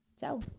Ciao